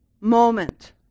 moment